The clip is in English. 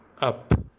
up